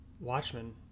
Watchmen